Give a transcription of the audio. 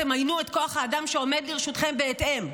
תמיינו את כוח האדם שעומד לרשותכם בהתאם.